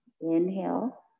inhale